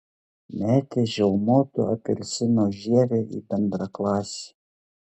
metė žiaumoto apelsino žievę į bendraklasį